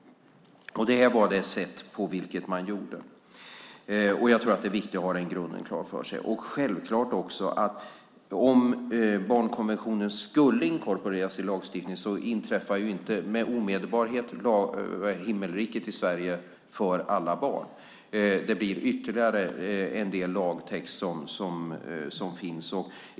Det var det sätt på vilket man gjorde detta. Jag tror att det är viktigt att ha den grunden klar för sig. Om barnkonventionen skulle inkorporeras i lagstiftningen inträffar inte himmelriket i Sverige för alla barn omedelbart. Det kommer att finnas ytterligare en del lagtext.